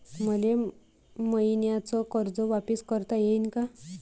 मले मईन्याचं कर्ज वापिस करता येईन का?